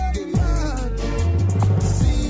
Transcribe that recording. See